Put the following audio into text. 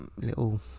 Little